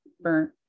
burnt